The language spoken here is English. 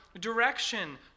direction